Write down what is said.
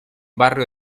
barrio